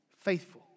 faithful